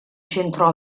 centro